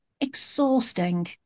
exhausting